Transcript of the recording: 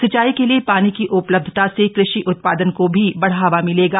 सिंचाई के लिये पानी की उपलब्धता से कृषि उत्पादन को भी बढ़ावा मिलेगा